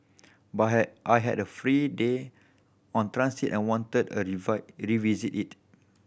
but had I had a free day on transit and wanted a revisit it